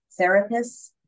therapists